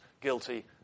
guilty